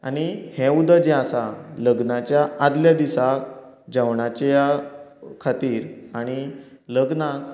आनी हें उदक जें आसा लग्नाच्या आदल्या दिसा जेवणाच्या खातीर आनी लग्नाक